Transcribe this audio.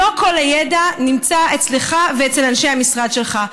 לא כל הידע נמצא אצלך ואצל אנשי המשרד שלך.